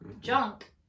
junk